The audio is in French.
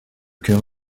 cœur